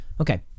Okay